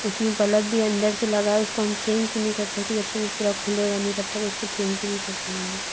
उस में बलब भी अंदर से लगा है उसको हम चेंज भी नहीं कर सकते जब तक वो पूरा खुलेगा नहीं तब तक उसको चेंज भी नहीं कर पाएंगे